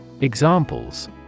Examples